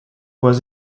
was